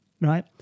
right